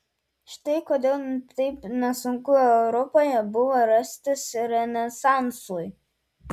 štai kodėl taip nesunku europoje buvo rastis renesansui